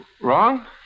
Wrong